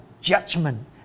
judgment